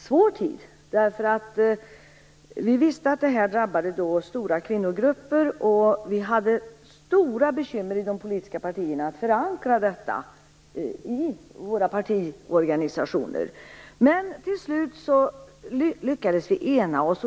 svår tid. Vi visste att detta beslut drabbade stora kvinnogrupper. Vi hade stora bekymmer i de politiska partierna att förankra beslutet i våra partiorganisationer. Men till slut lyckades vi enas.